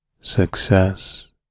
success